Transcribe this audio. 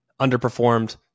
underperformed